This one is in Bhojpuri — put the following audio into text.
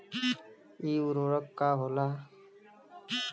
इ उर्वरक का होला?